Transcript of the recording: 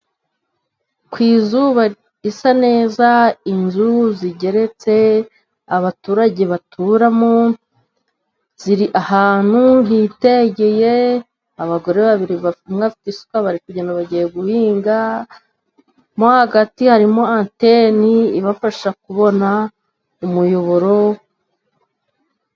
Ku izuba risa neza, inzu zigeretse, abaturage baturamo, ziri ahantu hitegeye, abagore babiri bafite isuka, bari kugenda bagiye guhinga, mo hagati harimo anteni ibafasha kubona umuyoboro.